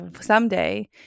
Someday